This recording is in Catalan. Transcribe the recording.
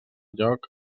lloc